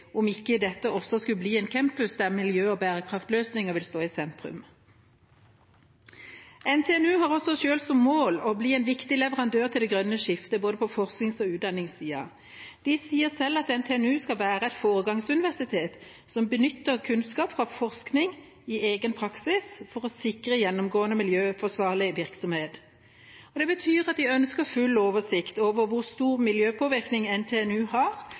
om ikke dette også skulle bli en campus der miljø og bærekraftige løsninger vil stå i sentrum. NTNU har også selv som mål å bli en viktig leverandør til det grønne skiftet på både forsknings- og utdanningssiden. De sier selv at NTNU skal være et foregangsuniversitet som benytter kunnskap fra forskning i egen praksis, for å sikre gjennomgående miljøforsvarlig virksomhet. Det betyr at de ønsker full oversikt over hvor stor miljøpåvirkning NTNU har,